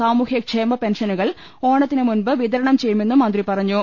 സാമൂഹ്യക്ഷേമ പെൻഷനുകൾ ഓണത്തിന് മുമ്പ് വിത രണം ചെയ്യുമെന്നും മന്ത്രി പറഞ്ഞു